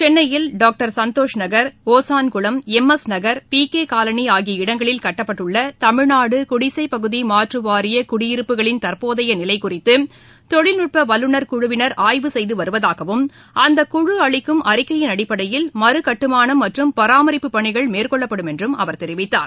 சென்னையில் டாக்டர் சந்தோஷ்நகர் ஒசான் குளம் எம்எஸ் நகர் பிகே காலனி ஆகிய இடங்களில் கட்டப்பட்டுள்ள தமிழ்நாடு குடிசை பகுதி மாற்று வாரிய குடியிருப்புகளின் தற்போதைய நிலை குறித்து தொழில்நுட்ப வல்லுநர் குழுவினர் ஆய்வு செய்து வருவதாகவும் அந்த குழு அளிக்கும் அறிக்கையின் அடிப்படையில் மறுகட்டுமானம் மற்றும் பராமரிப்பு பணிகள் மேற்கொள்ளப்படும் என்றும் அவர் தெரிவித்தார்